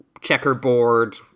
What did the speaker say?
checkerboard